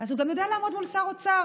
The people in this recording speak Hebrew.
אז הוא גם יודע לעמוד מול שר אוצר,